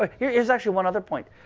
ah here's actually one other point.